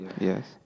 Yes